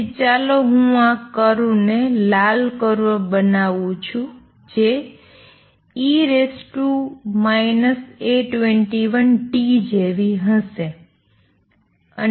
તેથી ચાલો હું આ કર્વ ને લાલ કર્વ બનાવું છું જે e A21t જેવી હશે